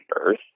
earth